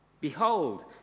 Behold